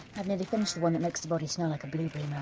i've nearly finished one that makes the body smell like a blueberry